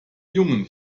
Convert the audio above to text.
jungen